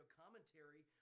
commentary